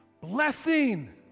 Blessing